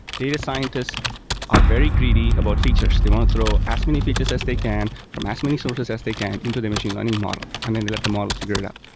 data scientists are very greedy about features. they want to throw as many features as they can from as many sources as they can into their machine learning model, and then let the model figure it out.